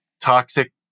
toxic